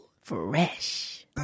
fresh